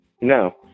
No